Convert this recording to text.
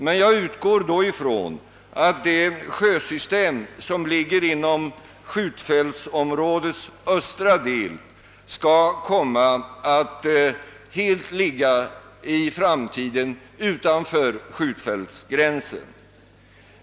Men jag utgår då ifrån att det sjösystem som ligger inom skjutfältsområdets östra del skall komma att i framtiden ligga helt utanför skjutfältsgränsen.